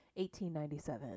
1897